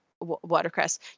watercress